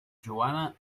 johanna